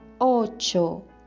ocho